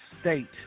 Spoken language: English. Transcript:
state